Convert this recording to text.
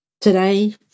Today